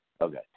Okay